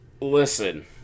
Listen